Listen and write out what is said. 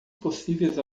possíveis